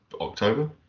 October